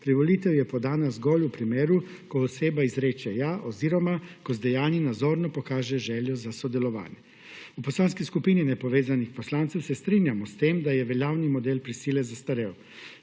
Privolitev je podana zgolj v primeru, ko oseba izreče ja oziroma ko z dejanji nazorno pokaže željo za sodelovanje. V Poslanski skupini Nepovezanih poslancev se strinjamo s tem, da je veljavni model prisile zastarel.